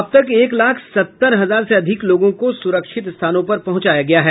अब तक एक लाख सत्तर हजार से अधिक लोगों को सुरक्षित स्थानों पर पहुंचाया गया है